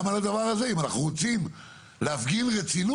אבל צריך גם היגיון בדבר הזה בעיקר אם אנחנו רוצים להפגין רצינות.